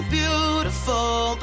beautiful